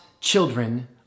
children